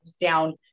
down